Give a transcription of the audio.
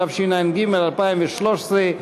התשע"ג 2013,